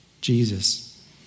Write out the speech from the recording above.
Jesus